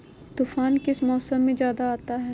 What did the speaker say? तूफ़ान किस मौसम में ज्यादा आता है?